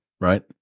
right